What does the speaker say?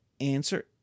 answer